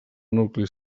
nucli